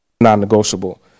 Non-negotiable